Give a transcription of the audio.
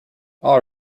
all